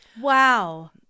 wow